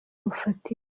bufatika